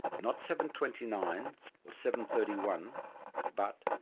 not seven. twenty nine or seven. thirty one but,